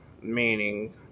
meaning